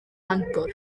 mangor